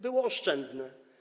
Było oszczędne.